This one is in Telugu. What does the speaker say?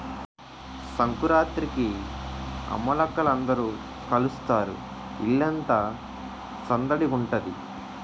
సంకురాత్రికి అమ్మలక్కల అందరూ కలుస్తారు ఇల్లంతా సందడిగుంతాది